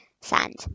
sand